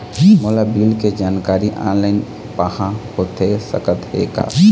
मोला बिल के जानकारी ऑनलाइन पाहां होथे सकत हे का?